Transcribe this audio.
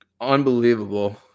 Unbelievable